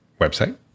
website